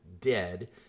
dead